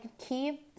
key